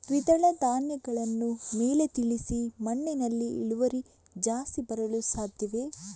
ದ್ವಿದಳ ಧ್ಯಾನಗಳನ್ನು ಮೇಲೆ ತಿಳಿಸಿ ಮಣ್ಣಿನಲ್ಲಿ ಇಳುವರಿ ಜಾಸ್ತಿ ಬರಲು ಸಾಧ್ಯವೇ?